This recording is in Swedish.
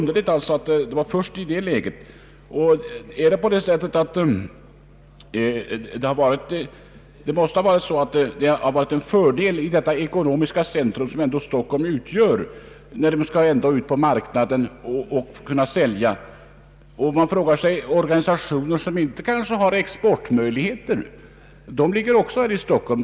Det måste ju ändå vara en fördel att ligga i detta ekonomiska centrum som Stockholm utgör, när ett företag skall ut på marknaden och sälja. även organisationer som inte har några affärer på exportmarknaden ligger här i Stockholm.